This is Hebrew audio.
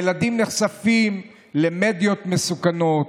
ילדים נחשפים למדיות מסוכנות,